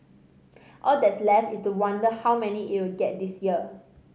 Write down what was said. all that's left is to wonder how many it'll get this year